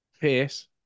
Pierce